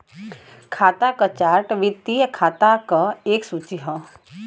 खाता क चार्ट वित्तीय खाता क एक सूची हौ